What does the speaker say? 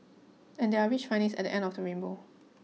and there are rich findings at the end of the rainbow